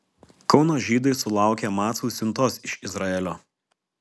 kauno žydai sulaukė macų siuntos iš izraelio